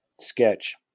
sketch